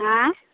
आँय